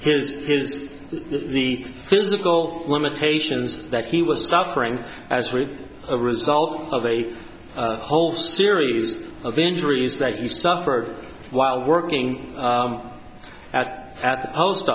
his kids the physical limitations that he was suffering as a result of a whole series of injuries that you suffered while working at at the post